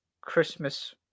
Christmas